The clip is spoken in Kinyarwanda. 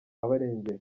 abarengera